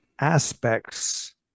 aspects